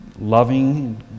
loving